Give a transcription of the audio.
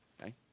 okay